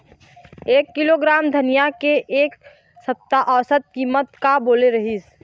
एक किलोग्राम धनिया के एक सप्ता औसत कीमत का बोले रीहिस?